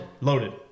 loaded